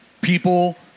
people